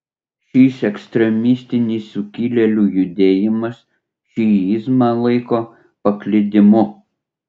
šis ekstremistinis sukilėlių judėjimas šiizmą laiko paklydimu